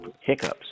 hiccups